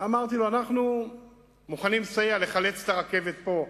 ואמרתי לו: אנחנו מוכנים לסייע לחלץ את הרכבת פה,